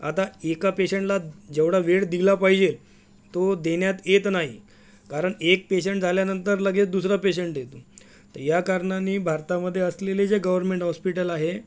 आता एका पेशंटला जेवढा वेळ दिला पाहिजे तो देण्यात येत नाही कारण एक पेशंट झाल्यानंतर लगेच दुसरा पेशंट येते तर या कारणानी भारतामध्ये असलेले जे गवर्नमेंट हॉस्पिटल आहे